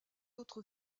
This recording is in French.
autre